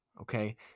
okay